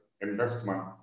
investment